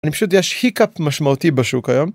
אני פשוט- יש hiccup משמעותי בשוק היום.